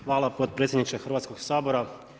Hvala potpredsjedniče Hrvatskog sabora.